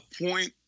point